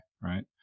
Right